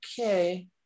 okay